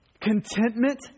Contentment